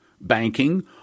banking